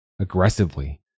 aggressively